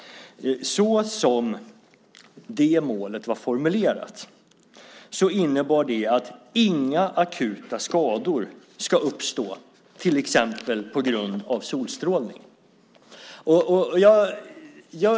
Så som målet var formulerat innebar det att inga akuta skador ska uppstå till exempel på grund av solstrålning.